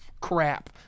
crap